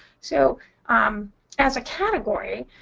so um as a category,